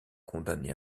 condamné